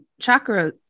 chakra-